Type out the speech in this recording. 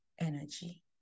energy